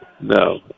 No